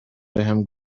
بهم